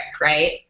right